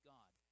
God